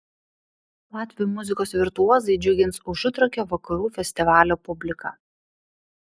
latvių muzikos virtuozai džiugins užutrakio vakarų festivalio publiką